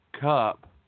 Cup